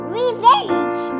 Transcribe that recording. revenge